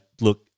look